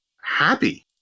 happy